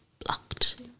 Blocked